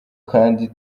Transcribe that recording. kandi